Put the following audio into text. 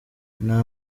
nta